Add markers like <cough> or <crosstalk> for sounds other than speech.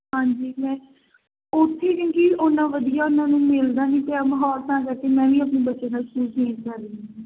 ਹਾਂਜੀ ਮੈਂ ਉੱਥੇ ਕਿਉਂਕਿ ਓਨਾਂ ਵਧੀਆ ਉਹਨਾਂ ਨੂੰ ਮਿਲਦਾ ਨਹੀ ਪਿਆ ਮਾਹੌਲ ਤਾਂ ਕਰਕੇ ਮੈਂ ਵੀ ਆਪਣੇ ਬੱਚੇ <unintelligible>